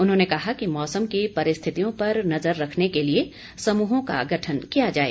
उन्होंने कहा कि मौसम की परिस्थितियों पर नजर रखने को लिए समूहों का गठन किया जाए